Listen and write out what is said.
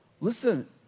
listen